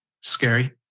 scary